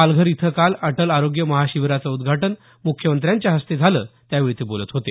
पालघर इथं काल अटल आरोग्य महाशिबिराचं उद्घाटन मुख्यमंत्र्यांच्या हस्ते झालं त्यावेळी ते बोलत होते